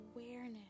awareness